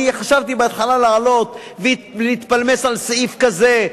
חשבתי בהתחלה לעלות ולהתפלמס על סעיף כזה,